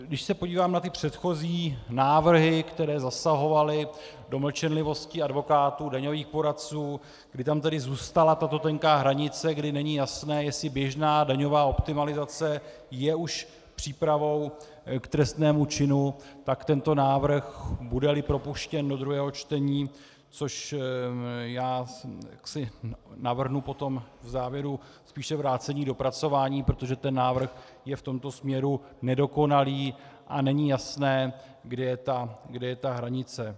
Když se podívám na ty předchozí návrhy, které zasahovaly do mlčenlivosti advokátů, daňových poradců, kdy tam zůstala tato tenká hranice, kdy není jasné, jestli běžná daňová optimalizace je už přípravou k trestnému činu, tak tento návrh budeli propuštěn do druhého čtení, což já navrhnu potom v závěru spíše vrácení k dopracování, protože ten návrh je v tomto směru nedokonalý a není jasné, kde je ta hranice.